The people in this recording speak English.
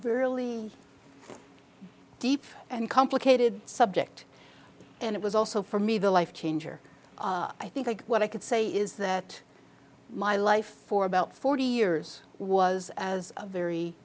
really a deep and complicated subject and it was also for me the life changer i think what i could say is that my life for about forty years was as a very